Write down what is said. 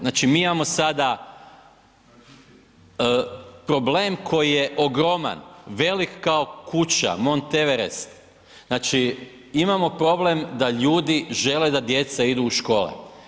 Znači mi imamo sada problem koji je ogroman, velik kao kuća, Mont Everest, znači imamo problem da ljudi žele da jeca idu u škole.